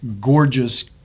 gorgeous